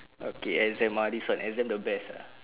okay exam mah this one exam the best ah